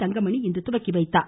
தங்கமணி இன்று துவக்கிவைத்தார்